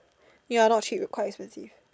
ya not cheap quite expensive